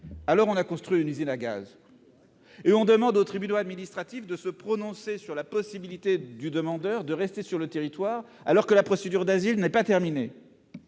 Aussi, il a construit une usine à gaz : on demande aux tribunaux administratifs de se prononcer sur la possibilité du demandeur de rester sur le territoire, alors même que la procédure de demande d'asile n'est pas terminée.